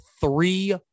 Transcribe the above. three